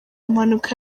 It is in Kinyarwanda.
mpanuka